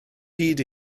hyd